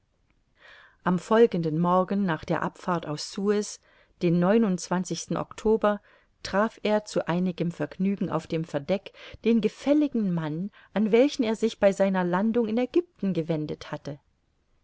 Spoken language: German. am folgenden morgen nach der abfahrt aus suez den oktober traf er zu einigem vergnügen auf dem verdeck den gefälligen mann an welchen er sich bei seiner landung in aegypten gewendet hatte